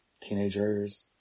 teenagers